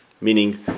meaning